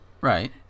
Right